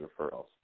referrals